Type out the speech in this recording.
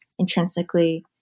Intrinsically